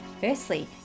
Firstly